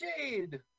shade